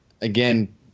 Again